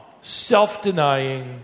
self-denying